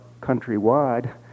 countrywide